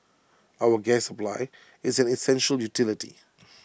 our gas supply is an essential utility